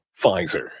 pfizer